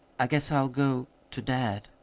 i guess i'll go to dad.